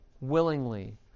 willingly